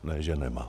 Ne že nemá.